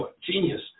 genius